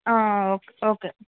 okay